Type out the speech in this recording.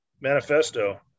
manifesto